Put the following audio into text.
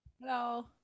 hello